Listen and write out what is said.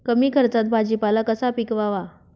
कमी खर्चात भाजीपाला कसा पिकवावा?